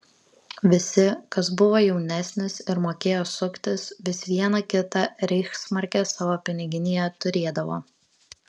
visi kas buvo jaunesnis ir mokėjo suktis vis vieną kitą reichsmarkę savo piniginėje turėdavo